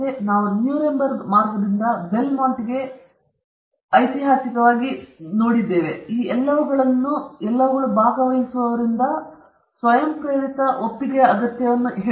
ಮತ್ತೆ ನಾವು ನ್ಯೂರೆಂಬರ್ಗ್ ಮಾರ್ಗದಿಂದ ಬೆಲ್ಮಾಂಟ್ಗೆ ಸರಿಯಾಗಿ ನೋಡಿದ್ದೇವೆ ಈ ಎಲ್ಲವುಗಳು ಭಾಗವಹಿಸುವವರಿಂದ ಸ್ವಯಂಪ್ರೇರಿತ ಒಪ್ಪಿಗೆಯ ಅಗತ್ಯವನ್ನು ಒತ್ತಿವೆ